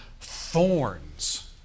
thorns